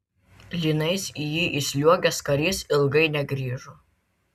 lynais į jį įsliuogęs karys ilgai negrįžo